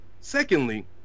secondly